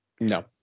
No